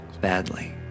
badly